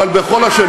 אוי, נו, באמת.